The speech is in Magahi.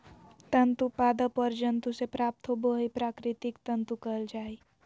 तंतु पादप और जंतु से प्राप्त होबो हइ प्राकृतिक तंतु कहल जा हइ